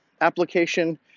application